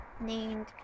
named